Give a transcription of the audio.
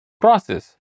process